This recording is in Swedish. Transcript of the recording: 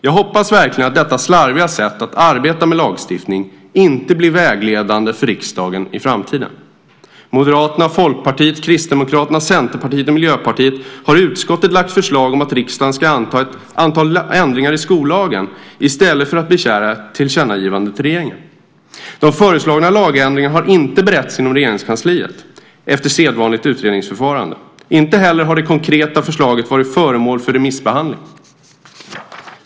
Jag hoppas verkligen att detta slarviga sätt att arbeta med lagstiftning inte blir vägledande för riksdagen i framtiden. Moderaterna, Folkpartiet, Kristdemokraterna, Centerpartiet och Miljöpartiet har i utskottet lagt fram förslag om att riksdagen ska anta ett antal ändringar i skollagen i stället för att begära ett tillkännagivande till regeringen. De föreslagna lagändringarna har inte beretts inom Regeringskansliet i enlighet med sedvanligt utredningsförfarande. Inte heller har det konkreta förslaget varit föremål för remissbehandling.